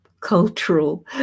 cultural